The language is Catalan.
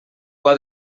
cua